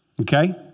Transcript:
Okay